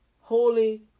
holy